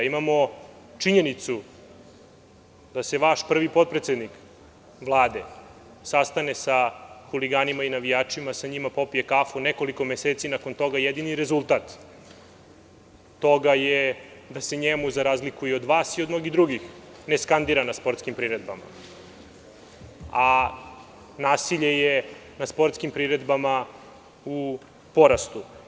Imamo činjenicu da se vaš prvi potpredsednik Vlade sastane sa huliganima i navijačima, sa njima popije kafu i nekoliko meseci nakon toga jedini rezultat toga je da se njemu, za razliku i od vas i od mnogih drugih, ne skandira na sportskim priredbama, a nasilje je na sportskim priredbama u porastu.